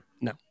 No